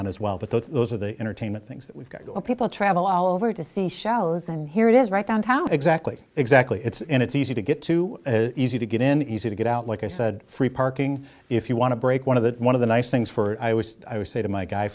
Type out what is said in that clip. on as well but those are the entertainment things that we've got people travel all over to see shows and here it is right downtown exactly exactly it's and it's easy to get to easy to get in easy to get out like i said free parking if you want to break one of the one of the nice things for i was i would say to my guy